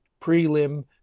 prelim